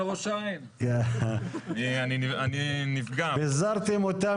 הפקה עצומה שלא נבחנו בה כל ההיבטים של הזיהומים ודיברתם על זה